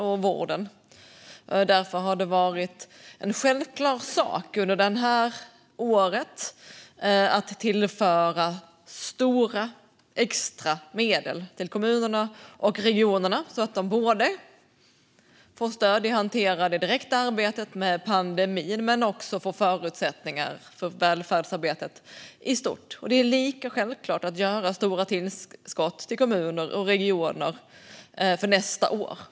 Därför har det under året varit en självklar sak att tillföra stora extra medel till kommunerna och regionerna, så att de får stöd för att hantera det direkta arbetet med pandemin men också får förutsättningar för välfärdsarbetet i stort. Det är lika självklart att göra stora tillskott till kommuner och regioner för nästa år.